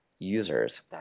users